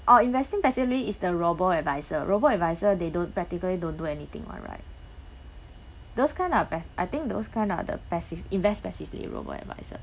oh investing passively is the robo adviser robo adviser they don't practically don't do anything [one] right those kind lah pa~ I think those kind ah the passive invest passively robo adviser